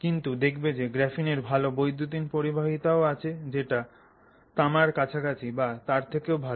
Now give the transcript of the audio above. কিন্তু দেখবে যে গ্রাফিনের ভালো বৈদ্যুতিন পরিবাহিতা ও আছে যেটা তামার কাছাকাছি বা তার থেকেও ভালো